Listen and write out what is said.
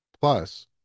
Plus